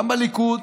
גם בליכוד,